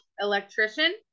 electrician